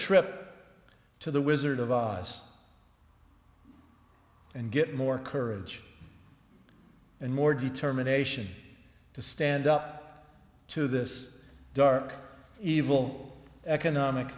trip to the wizard of oz and get more courage and more determination to stand up to this dark evil economic